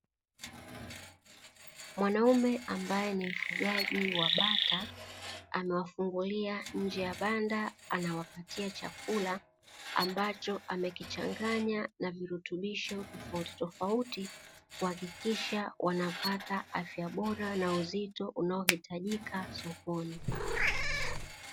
Mwanaume ambaye ni mfugaji wa bata, amewafungulia nje ya banda anawapatia chakula, ambacho amekichanganya na virutubisho tofautitofauti kuhakikisha wanapata afya bora na uzito unaohitajika sokoni.